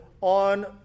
on